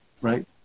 right